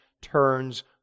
turns